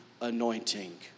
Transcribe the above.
anointing